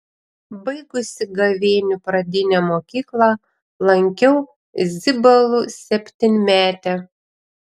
baigusi gavėnių pradinę mokyklą lankiau zibalų septynmetę